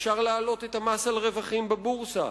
אפשר להעלות את המס על רווחים בבורסה,